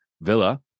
Villa